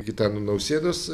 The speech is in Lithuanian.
gitano nausėdos